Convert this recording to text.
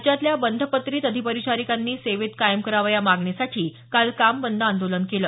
राज्यातल्या बंधपत्रित अधिपरिचारिकांनी सेवेत कायम करावं या मागणीसाठी काल काम बंद आंदोलन केलं